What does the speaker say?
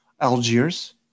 Algiers